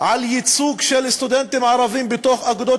על ייצוג של סטודנטים ערבים בתוך אגודות